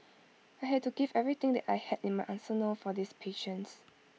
I had to give everything that I had in my arsenal for these patients